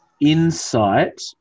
Insight